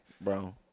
bro